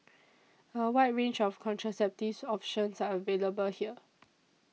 a wide range of contraceptive options are available here